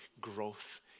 growth